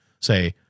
say